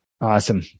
Awesome